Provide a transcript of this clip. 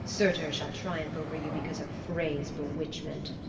surtur shall triumph over you because of frey's bewitchment.